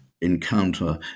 encounter